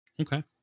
okay